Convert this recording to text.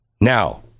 Now